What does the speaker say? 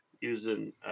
using